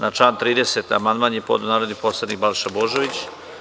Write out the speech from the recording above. Na član 30. amandman je podneo narodni poslanik Balša Božović.